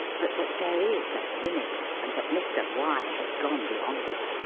but that there is a limit and that mr. y has gone beyond it.